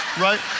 right